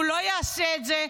הוא לא יעשה את זה.